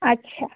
আচ্ছা